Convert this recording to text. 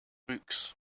books